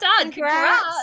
Congrats